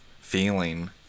feeling